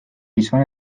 gizon